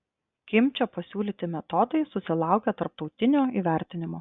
kimčio pasiūlyti metodai susilaukė tarptautinio įvertinimo